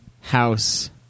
House